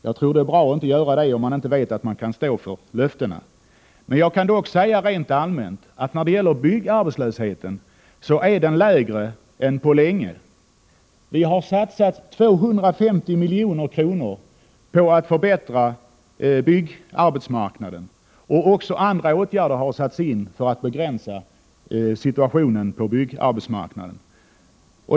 Jag tror att det är bra att avstå från att ge löften om man inte vet att man kan stå för dem. Men jag kan säga rent allmänt att byggarbetslösheten är lägre än på länge. Vi har satsat 250 milj.kr. på att förstärka byggarbetsmarknaden och också andra åtgärder har satts in för att förbättra situationen på det området.